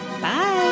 Bye